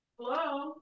Hello